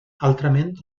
altrament